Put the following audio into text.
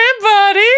buddy